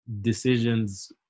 decisions